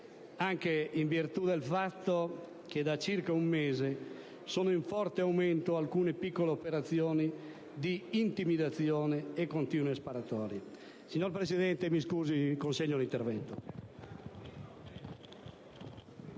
anche in virtù del fatto che da circa un mese sono in forte aumento alcune piccole operazioni di intimidazione e continue sparatorie. *(Brusìo).* Signora Presidente, mi scusi, consegno l'intervento.